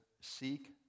Seek